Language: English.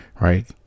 Right